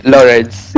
Lawrence